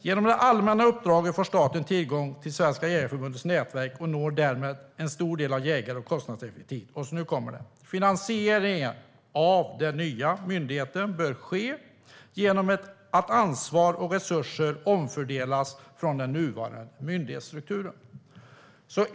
Genom det allmänna uppdraget får staten tillgång till Svenska Jägareförbundets nätverk och når därmed ut till en stor del av jägarna på ett kostnadseffektivt sätt. Finansieringen av den nya myndigheten bör ske genom att ansvar och resurser omfördelas från den nuvarande myndighetsstrukturen.